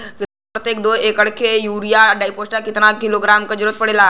धान के प्रत्येक दो एकड़ खेत मे यूरिया डाईपोटाष कितना किलोग्राम क जरूरत पड़ेला?